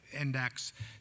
index